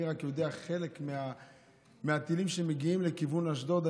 אני רק יודע שחלק מהטילים מגיעים לכיוון אשדוד,